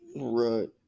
Right